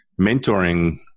Mentoring